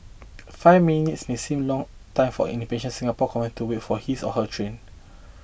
five minutes may seem long time for an impatient Singapore commuter to wait for his or her train